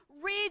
read